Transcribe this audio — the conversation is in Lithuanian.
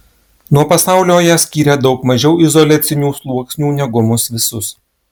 nuo pasaulio ją skyrė daug mažiau izoliacinių sluoksnių negu mus visus